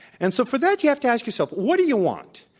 and so for that you have to ask yourself, what do you want?